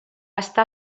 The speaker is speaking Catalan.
estar